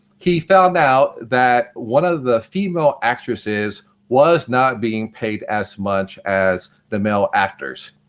he found out that one of the female actresses was not being paid as much as the male actors.